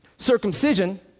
Circumcision